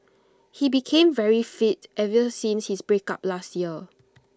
he became very fit ever since his breakup last year